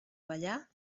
ballar